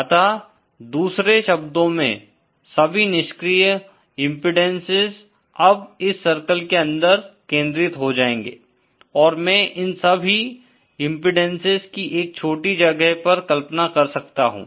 अतः दूसरे शब्दों में सभी निष्क्रिय इम्पीडेन्सेस अब इस सर्किल के अंदर केंद्रित हो जायेंगे और मैं इन सभी इम्पीडेन्सेस की एक छोटी जगह पर कल्पना कर सकता हूँ